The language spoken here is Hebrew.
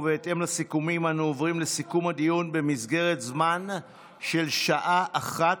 ובהתאם לסיכומים אנו עוברים לסיכום הדיון במסגרת זמן של שעה אחת.